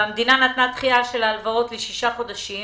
והמדינה נתנה דחייה של ההלוואות לשישה חודשים